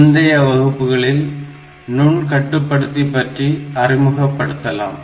பிந்தைய வகுப்புகளில் நுண்கட்டுப்படுத்தி பற்றி அறிமுகபடுத்தலாம்